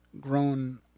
grown